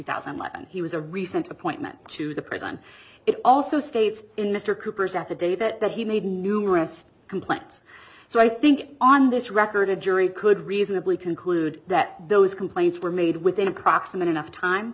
thousand and one he was a recent appointment to the prison it also states in mr cooper's at the day that he made numerous complaints so i think on this record a jury could reasonably conclude that those complaints were made with a proximate enough time